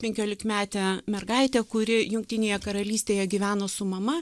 penkiolikmetę mergaitę kuri jungtinėje karalystėje gyveno su mama